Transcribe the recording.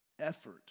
effort